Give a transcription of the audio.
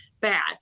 bad